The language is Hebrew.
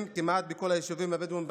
כמעט בכל היישובים הבדואיים בנגב.